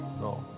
no